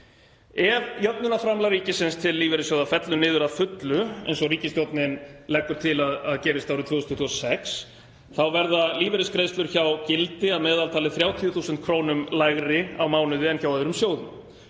Ef jöfnunarframlag ríkisins til lífeyrissjóða fellur niður að fullu, eins og ríkisstjórnin leggur til að gerist árið 2026, verða lífeyrisgreiðslur hjá Gildi að meðaltali 30.000 kr. lægri á mánuði en hjá öðrum sjóðum.